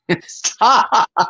Stop